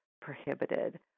prohibited